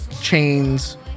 chains